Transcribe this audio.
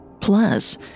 Plus